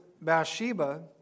Bathsheba